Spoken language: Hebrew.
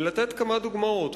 ולתת כמה דוגמאות.